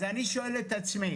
אז אני שואל את עצמי,